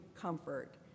comfort